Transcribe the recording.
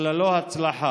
אך ללא הצלחה.